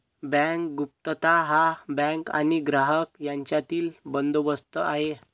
bank गुप्तता हा bank आणि ग्राहक यांच्यातील बंदोबस्त आहे